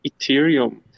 Ethereum